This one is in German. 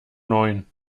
neun